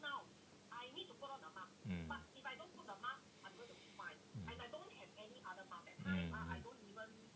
mm mm mm